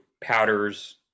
powders